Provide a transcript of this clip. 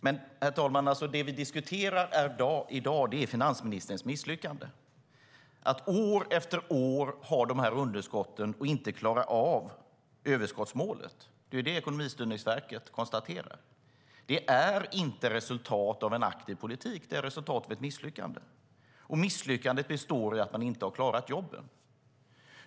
Men det vi diskuterar här i dag är finansministerns misslyckande. Konjunkturinstitutet konstaterar att vi år efter år har de här underskotten och inte klarar överskottsmålet. Det är inte ett resultat av en aktiv politik; det är ett resultat av ett misslyckande. Och misslyckandet består i att man inte har klarat jobben.